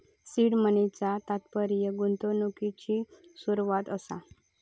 seed मनीचा तात्पर्य गुंतवणुकिची सुरवात असा